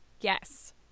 yes